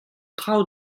traoù